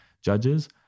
judges